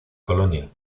colonia